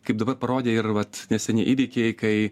kaip dabar parodė ir vat neseni įvykiai kai